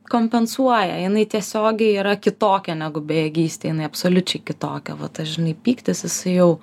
kompensuoja jinai tiesiogiai yra kitokia negu bejėgystė jinai absoliučiai kitokia va tas žinai pyktis jis jau